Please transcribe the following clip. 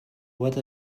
what